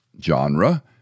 genre